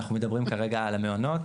אנחנו מדברים כרגע על המעונות,